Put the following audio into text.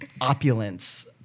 opulence